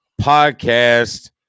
podcast